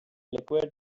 liquid